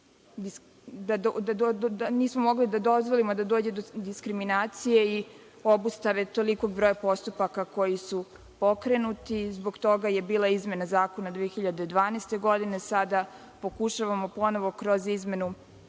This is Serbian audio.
nismo mogli da dozvolimo da dođe do diskriminacije i obustave tolikog broja postupaka koji su pokrenuti. Zbog toga je bila izmena Zakona 2012. godine, sada pokušavamo ponovo kroz izmenu